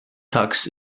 tux